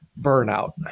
Burnout